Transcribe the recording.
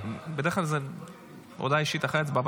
בדרך כלל זו הודעה אישית אחרי הצבעה,